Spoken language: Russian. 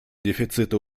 дефицита